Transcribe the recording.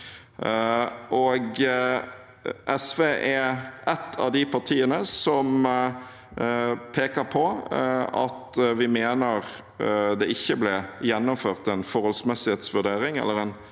SV er et av de partiene som peker på at vi mener det ikke ble gjennomført en forholdsmessighetsvurdering,